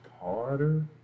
harder